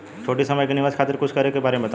छोटी समय के निवेश खातिर कुछ करे के बारे मे बताव?